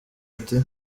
ati